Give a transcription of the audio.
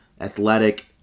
athletic